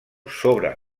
sobre